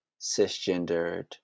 cisgendered